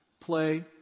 play